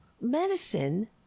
medicine